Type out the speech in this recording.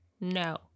no